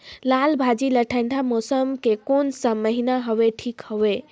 लालभाजी ला ठंडा मौसम के कोन सा महीन हवे ठीक हवे?